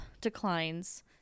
declines